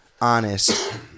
honest